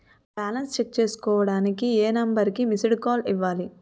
Balance check చేసుకోవటానికి ఏ number కి మిస్డ్ కాల్ ఇవ్వాలి?